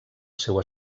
seu